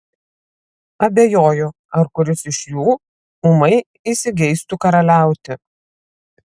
abejoju ar kuris iš jų ūmai įsigeistų karaliauti